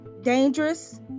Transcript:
dangerous